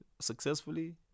successfully